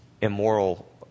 immoral